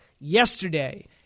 Yesterday